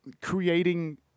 creating